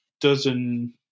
dozen